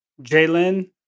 Jalen